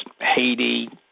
Haiti